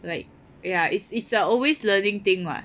like ya it's it's a always learning thing [what]